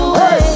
hey